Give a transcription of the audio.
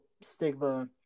stigma